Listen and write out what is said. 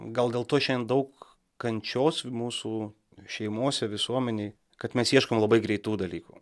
gal dėl to šiandien daug kančios mūsų šeimose visuomenėj kad mes ieškom labai greitų dalykų